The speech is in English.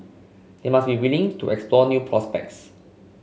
they must be willing to explore new prospects